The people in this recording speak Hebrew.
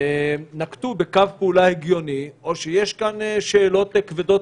נקטו בקו פעולה הגיוני או שיש כאן שאלות כבדות